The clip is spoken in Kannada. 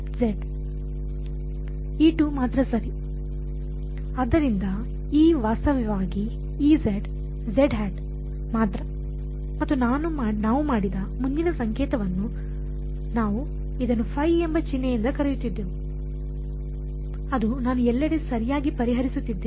ಆದ್ದರಿಂದ ಇ ವಾಸ್ತವವಾಗಿ ಮಾತ್ರ ಮತ್ತು ನಾವು ಮಾಡಿದ ಮುಂದಿನ ಸಂಕೇತವನ್ನು ನಾವು ಇದನ್ನು Φ ಎಂಬ ಚಿಹ್ನೆಯಿಂದ ಕರೆಯುತ್ತಿದ್ದೆವು ಅದು ನಾನು ಎಲ್ಲೆಡೆ ಸರಿಯಾಗಿ ಪರಿಹರಿಸುತ್ತಿದ್ದೇನೆ